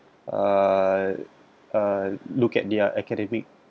err err look at their academic